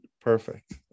perfect